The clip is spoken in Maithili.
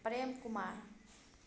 प्रेम कुमार